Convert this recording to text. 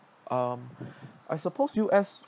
um I suppose U_S